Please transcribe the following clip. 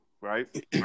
Right